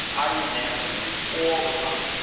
i read national review all the time.